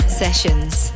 sessions